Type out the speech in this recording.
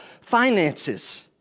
finances